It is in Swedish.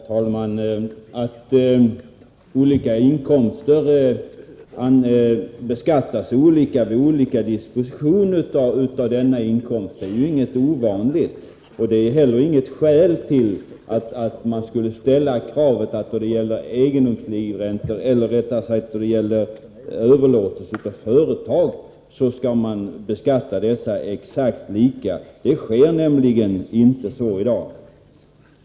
Herr talman! Att en inkomst kan beskattas olika vid olika dispositioner av inkomsten är inget ovanligt, och det är heller inget skäl till att ställa kravet att beskattningen vid överlåtelse av företag skall vara exakt likadan i alla situationer. Så är nämligen inte fallet i dag.